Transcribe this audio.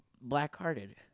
black-hearted